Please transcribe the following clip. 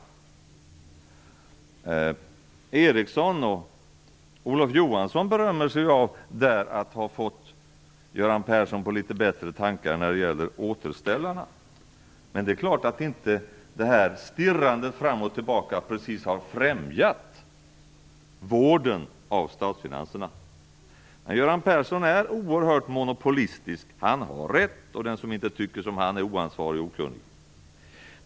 Per-Ola Eriksson och Olof Johansson berömmer sig där av att ha fått Göran Persson på litet bättre tankar när det gäller återställarna. Men det är klart att detta "stirrande" fram och tillbaka inte precis har främjat vården av statsfinanserna. Göran Persson är oerhört monopolistisk. Han har rätt, och den som inte tycker som han är oansvarig och okunnig.